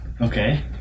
Okay